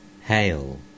hail